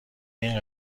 این